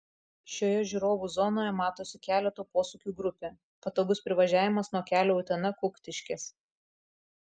šioje žiūrovų zonoje matosi keleto posūkių grupė patogus privažiavimas nuo kelio utena kuktiškės